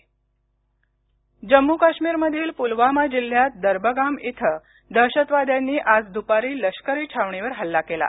हल्ला जम्मू काश्मीर मधील पुलवामा जिल्ह्यात दर्बगाम इथं दहशतवाद्यांनी आज दुपारी लष्करी छावणीवर हल्ला केला